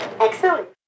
Excellent